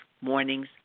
morning's